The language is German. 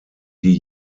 die